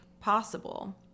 possible